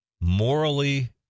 morally